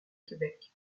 québec